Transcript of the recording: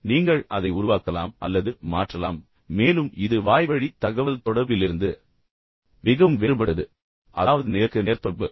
எனவே நீங்கள் அதை உருவாக்கலாம் அல்லது மாற்றலாம் மேலும் இது வாய்வழி தகவல்தொடர்பிலிருந்து மிகவும் வேறுபட்டது என்ற உண்மையையும் நான் எடுத்துரைத்தேன் அதாவது நேருக்கு நேர் தொடர்பு